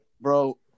Bro